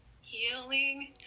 healing